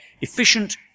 efficient